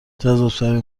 جذابترین